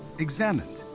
examined,